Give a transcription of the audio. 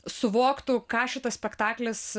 suvoktų ką šitas spektaklis